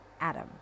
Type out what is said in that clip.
Adam